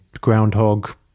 Groundhog